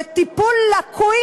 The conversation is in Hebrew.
וטיפול לקוי,